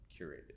curated